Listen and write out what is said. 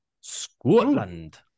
Scotland